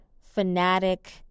fanatic